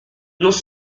nous